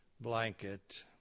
blanket